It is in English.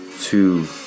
Two